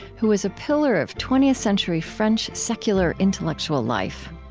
who was a pillar of twentieth century french secular intellectual life.